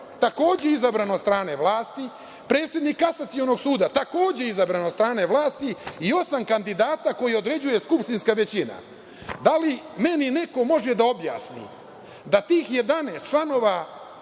takođe izabran od strane vlasti, predsednik Kasacionog suda, takođe izabran od strane vlasti i osam kandidata koje određuje skupštinska većina. Da li neko može da mi objasni da tih 11 članova